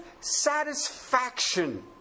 satisfaction